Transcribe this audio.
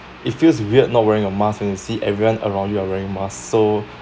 it feels weird not wearing a mask when you see everyone around you are wearing masks so